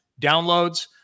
downloads